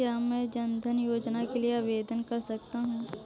क्या मैं जन धन योजना के लिए आवेदन कर सकता हूँ?